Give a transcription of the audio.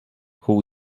who